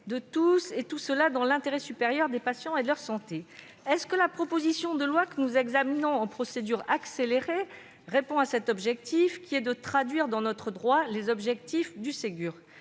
de tous, et tout cela dans l'intérêt supérieur des patients et de leur santé ». La proposition de loi que nous examinons en procédure accélérée répond-elle à cet objectif de traduire dans notre droit les objectifs du Ségur ?